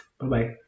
Bye-bye